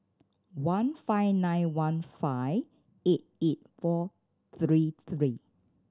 one five nine one five eight eight four three three